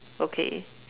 okay